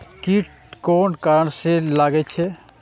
कीट कोन कारण से लागे छै?